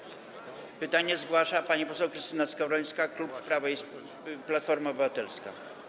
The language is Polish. Pytanie zgłasza pani poseł Krystyna Skowrońska, klub Prawo i... Platforma Obywatelska.